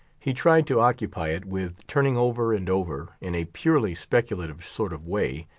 he tried to occupy it with turning over and over, in a purely speculative sort of way,